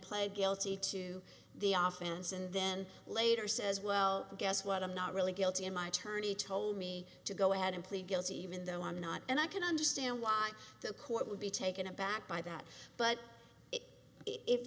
played guilty to the office and then later says well guess what i'm not really guilty in my attorney told me to go ahead and plead guilty even though i'm not and i can understand why the court would be taken aback by that but if